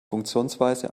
funktionsweise